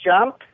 jump